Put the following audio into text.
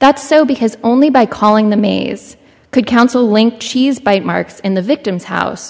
that so because only by calling the mays could counsel link she's bite marks in the victim's house